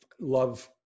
love